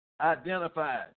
identified